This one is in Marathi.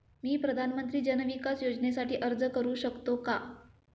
मी प्रधानमंत्री जन विकास योजनेसाठी अर्ज करू शकतो का?